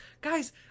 guys